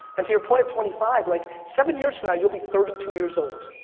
and to your point of twenty five, like seven years from now, you'll be thirty two years old.